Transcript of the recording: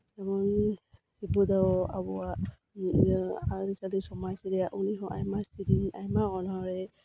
ᱡᱮᱢᱚᱱ ᱥᱤᱵᱩᱫᱚ ᱟᱵᱚᱣᱟᱜ ᱤᱭᱟᱹ ᱟᱹᱨᱤᱪᱟᱹᱞᱤ ᱥᱚᱢᱟᱡᱽ ᱨᱮᱭᱟᱜ ᱩᱱᱤᱦᱚᱸ ᱟᱭᱢᱟ ᱥᱤᱨᱤᱧ ᱟᱭᱢᱟ ᱚᱱᱚᱲᱦᱮ